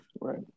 Right